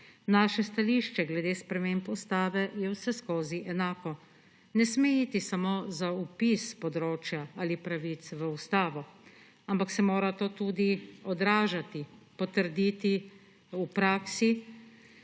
Naše stališče glede sprememb ustave je vseskozi enako. Ne sme iti samo za vpis področja ali pravic v ustavo, ampak se mora to tudi odražati, potrditi v praksi.